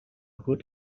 good